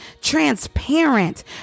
transparent